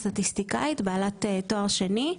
סטטיסטיקאית בעלת תואר שני.